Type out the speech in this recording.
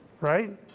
right